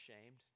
ashamed